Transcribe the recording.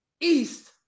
east